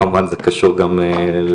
כמובן שזה קשור גם לתשלום.